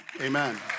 Amen